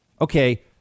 Okay